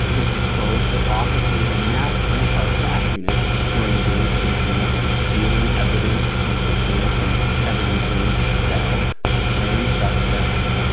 it's exposed that officers in that rampart crash unit were engaged in things like stealing evidence and cocaine from evidence rooms to sell, to frame suspects.